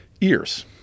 ears